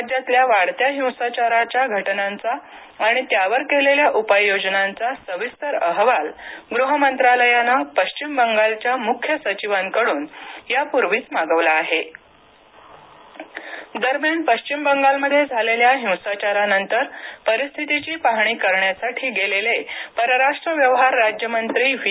राज्यातल्या वाढत्या हिंसाचाराच्या घटनांचा आणि त्यावर केलेल्या उपाययोजनांचा सविस्तर अहवाल गृह मंत्रालयाने पश्चिम बंगालच्या मुख्यसचिवांकडून यापूर्वीच मागवला आहे दरम्यान पश्चिम बंगालमध्ये झालेल्या हिंसाचारानंतर परिस्थितीची पाहणी करण्यासाठी गेलेले परराष्ट्र व्यवहार राज्य मंत्री व्ही